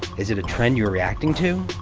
is it a trend you're reacting to?